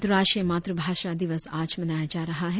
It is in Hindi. अंतर्राष्ट्रीय मातृभाषा दिवस आज मनाया जा रहा है